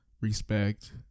respect